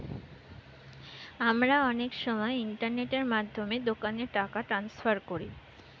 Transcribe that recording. আমরা অনেক সময় ইন্টারনেটের মাধ্যমে দোকানে টাকা ট্রান্সফার করি